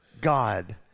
God